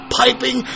piping